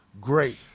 Great